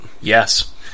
Yes